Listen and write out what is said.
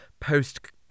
post-